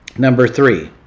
number three,